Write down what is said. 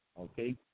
okay